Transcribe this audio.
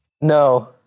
No